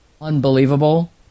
unbelievable